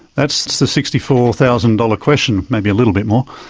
that's the sixty four thousand dollars question, maybe a little bit more.